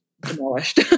demolished